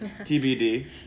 TBD